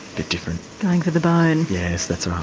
bit different. going for the bone. yes, that's